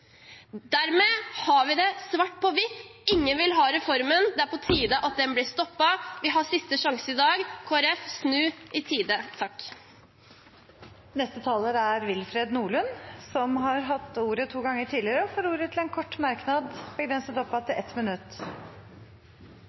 Dermed har vi det svart på hvitt: Ingen vil ha reformen. Det er på tide at den blir stoppet. Vi har siste sjanse i dag. Kristelig Folkeparti, snu i tide! Representanten Willfred Nordlund har hatt ordet to ganger tidligere og får ordet til en kort merknad, begrenset til 1 minutt.